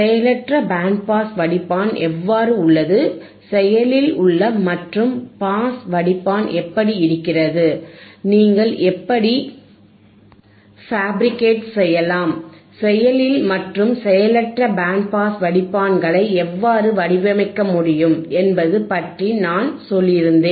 செயலற்ற band pass வடிப்பான் எவ்வாறு உள்ளது செயலில் உள்ள மற்றும் பாஸ் வடிப்பான் எப்படி இருக்கிறது நீங்கள் எப்படி ஃபேபிரிகேட் செய்யலாம் செயலில் மற்றும் செயலற்ற பேண்ட் பாஸ் வடிப்பான்களை எவ்வாறு வடிவமைக்க முடியும் என்பது பற்றி நான் சொல்லியிருந்தேன்